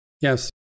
Yes